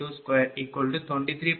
5079kVAphase